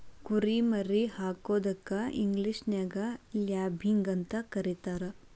ಕುರಿ ಮರಿ ಹಾಕೋದಕ್ಕ ಇಂಗ್ಲೇಷನ್ಯಾಗ ಲ್ಯಾಬಿಂಗ್ ಅಂತ ಕರೇತಾರ